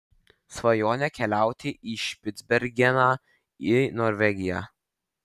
svajonė keliauti į špicbergeną į norvegiją